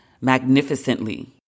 magnificently